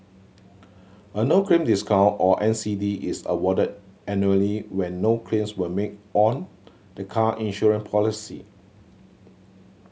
a no claim discount or N C D is awarded annually when no claims were made on the car insurance policy